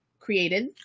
Created